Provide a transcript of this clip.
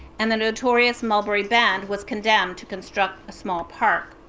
and the notorious mulberry bend was condemned to construct a small park.